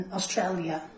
Australia